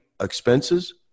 expenses